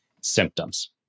symptoms